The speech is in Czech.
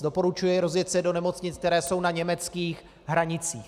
Doporučuji rozjet se do nemocnic, které jsou na německých hranicích.